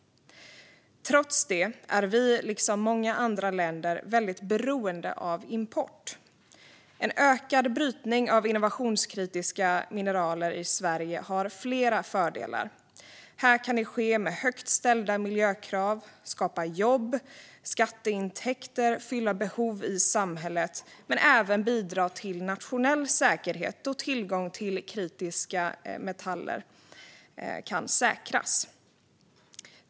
Trots det är Sverige, liksom många andra länder, beroende av import. Att öka brytningen av innovationskritiskt mineral i Sverige har flera fördelar. Här kan brytning ske med högt ställda miljökrav. Det kan skapa jobb och skatteintäkter och fylla behov i samhället men även bidra till nationell säkerhet då tillgång till kritiska metaller kan säkras.